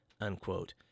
unquote